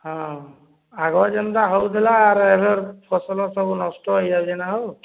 ହଁ ଆଗ ଯେନ୍ତା ହେଉଥିଲା ଆର୍ ଏବେର୍ ଫସଲ ସବୁ ନଷ୍ଟ ହୋଇଯାଉଛି ନା ଆଉ